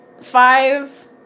five